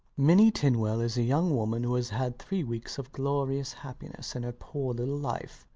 minnie tinwell is a young woman who has had three weeks of glorious happiness in her poor little life,